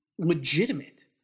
legitimate